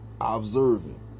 Observing